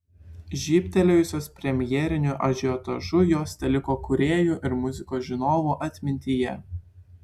žybtelėjusios premjeriniu ažiotažu jos teliko kūrėjų ir muzikos žinovų atmintyje